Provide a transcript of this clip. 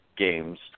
Games